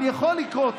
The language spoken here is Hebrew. יכול לקרות,